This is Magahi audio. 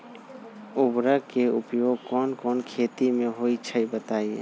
उर्वरक के उपयोग कौन कौन खेती मे होई छई बताई?